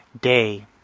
Day